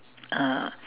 uh